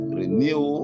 renew